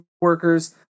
workers